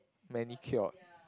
manicured